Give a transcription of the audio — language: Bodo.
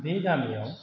बे गामियाव